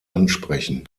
ansprechen